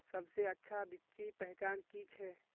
सबसे अच्छा बिच्ची पहचान की छे?